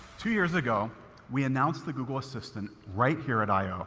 two years ago we announced the google assistant right here at i ah